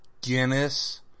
Guinness